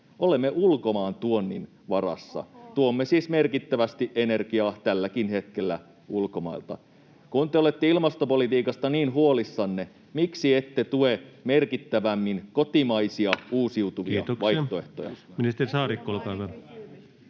olemme ulkomaantuonnin varassa. Tuomme siis merkittävästi energiaa tälläkin hetkellä ulkomailta. Kun te olette ilmastopolitiikasta niin huolissanne, miksi ette tue merkittävämmin kotimaisia, uusiutuvia vaihtoehtoja? [Speech 52] Speaker: Ensimmäinen